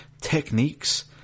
techniques